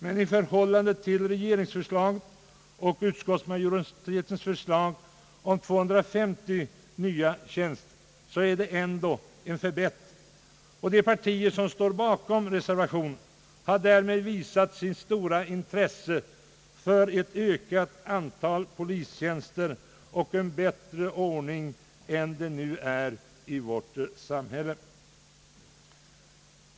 Men i förhållande till regeringens och utskottsmajoritetens förslag om 250 nya tjänster är det ändå en förbättring. Och de partier som står bakom reservationen har därmed visat sitt stora intresse för ökning av antalet polistjänster och en bättre ordning än det nu är i vårt samhälle.